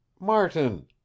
Martin